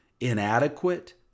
inadequate